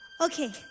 Okay